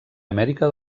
amèrica